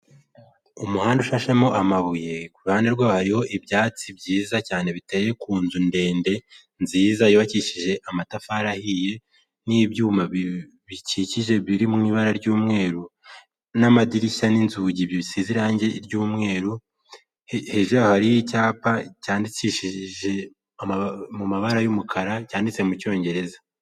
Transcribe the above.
Umuhanda usashemo amabuye, ku ruhande rwawo hariho ibyatsi byiza cyane biteye ku nzu ndende, nziza yubakishije amatafari ahiye, n'ibyuma bikikije biri mu ibara ry'umweru, n'amadirishya n'inzugi bisize irangi ry'umweru, hejuru yaho hariho icyapa cyandikishije mu mabara y'umukara cyanditse mu Cyongereza.